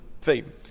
theme